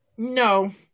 No